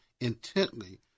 intently